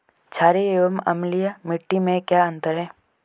छारीय एवं अम्लीय मिट्टी में क्या अंतर है?